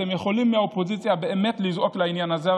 אתם יכולים מהאופוזיציה באמת לזעוק על העניין הזה,